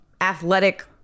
athletic